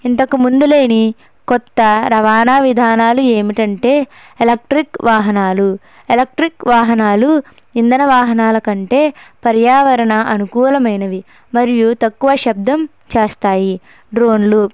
ఇంతకుముందు లేని కొత్త రవాణా విధానాలు ఏమిటంటే ఎలక్ట్రిక్ వాహనాలు ఎలక్ట్రిక్ వాహనాలు ఇంధన వాహనాల కంటే పర్యావరణ అనుకూలమైనవి మరియు తక్కువ శబ్దం చేస్తాయి డ్రోన్లు